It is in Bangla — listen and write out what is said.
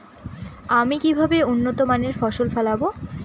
আমি কিভাবে উন্নত মানের ফসল ফলাব?